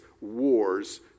wars